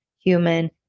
human